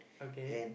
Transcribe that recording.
okay